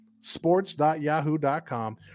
sports.yahoo.com